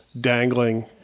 dangling